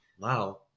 wow